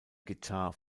guitar